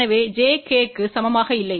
எனவே j k க்கு சமமாக இல்லை